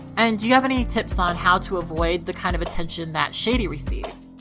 and do you have any tips on how to avoid the kind of attention that shadi received?